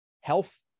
health